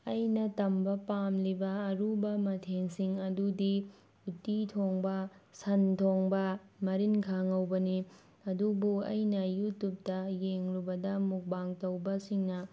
ꯑꯩꯅ ꯇꯝꯕ ꯄꯥꯝꯂꯤꯕ ꯑꯔꯨꯕ ꯃꯊꯦꯜꯁꯤꯡ ꯑꯗꯨꯗꯤ ꯎꯇꯤ ꯊꯣꯡꯕ ꯁꯟ ꯊꯣꯡꯕ ꯉꯥꯔꯤꯡꯈꯥ ꯉꯧꯕꯅꯤ ꯑꯗꯨꯕꯨ ꯑꯩꯅ ꯌꯨꯇ꯭ꯌꯨꯞꯇ ꯌꯦꯡꯂꯨꯕꯗ ꯃꯨꯛꯕꯥꯡ ꯇꯧꯕꯁꯤꯡꯅ